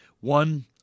One